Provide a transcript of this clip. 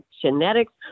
genetics